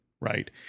Right